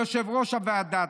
יושבת-ראש הוועדה.